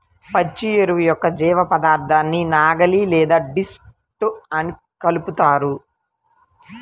పచ్చి ఎరువు యొక్క జీవపదార్థాన్ని నాగలి లేదా డిస్క్తో కలుపుతారు